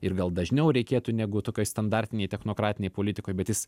ir gal dažniau reikėtų negu tokioj standartinėj technokratinėj politikoj bet jis